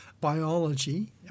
biology